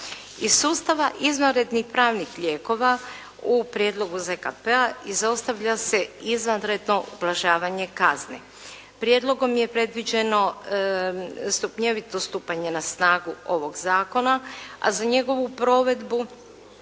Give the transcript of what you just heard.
Iz sustava izvanrednih pravnih lijekova u prijedlogu ZKP-a izostavlja se izvanredno ublažavanje kazne. Prijedlogom je predviđeno stupnjevito stupanje na snagu ovog zakona a za njegovu provedbu